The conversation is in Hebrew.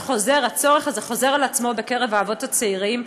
והצורך הזה חוזר על עצמו בקרב האבות הצעירים,